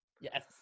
Yes